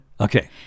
Okay